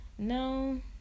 No